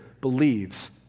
believes